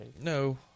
No